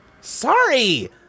Sorry